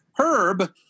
herb